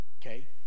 Okay